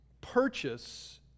purchase